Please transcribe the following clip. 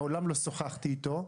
מעולם לא שוחחתי אתו.